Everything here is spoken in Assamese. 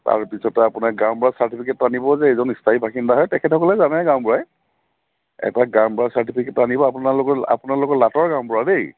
তাৰপিছতে আপোনাৰ গাঁওবুঢ়াৰ চাৰ্টিফিকেট আনিব যে এজন স্থায়ী বাসিন্দা হয় তেখেতসকলে জানে গাঁওবুঢ়াই এটা গাঁওবুঢ়াৰ চাৰ্টিফিকেট আনিব আপোনালোকৰ আপোনালোকৰ লাটৰ গাঁওবুঢ়া দেই